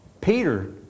Peter